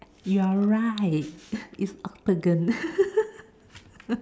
you are right is octagon